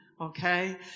okay